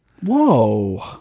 Whoa